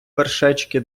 вершечки